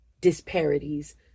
disparities